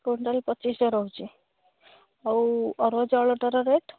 quintal ପଚିଶଶହ ରହୁଛି ଆଉ ଅରୁଆ ଚାଉଳଟାର ରେଟ୍